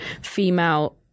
female